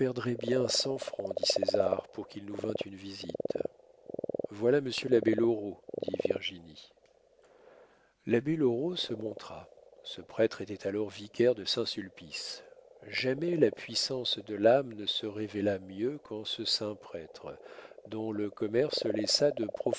bien cent francs dit césar pour qu'il nous vînt une visite voilà monsieur l'abbé loraux dit virginie l'abbé loraux se montra ce prêtre était alors vicaire de saint-sulpice jamais la puissance de l'âme ne se révéla mieux qu'en ce saint prêtre dont le commerce laissa de